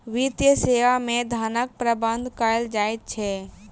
वित्तीय सेवा मे धनक प्रबंध कयल जाइत छै